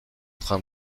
train